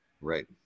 Right